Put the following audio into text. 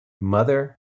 mother